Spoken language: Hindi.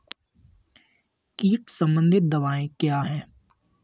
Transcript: कीट संबंधित दवाएँ क्या हैं?